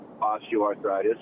osteoarthritis